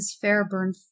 Fairburn